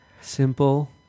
Simple